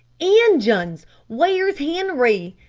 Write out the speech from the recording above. injuns! where's henri?